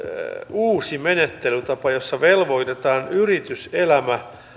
uusi menettelytapa jossa velvoitetaan yrityselämä